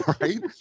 right